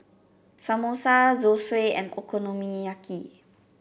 Samosa Zosui and Okonomiyaki